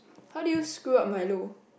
how do you screw up milo